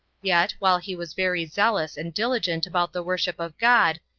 yet, while he was very zealous and diligent about the worship of god,